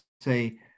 say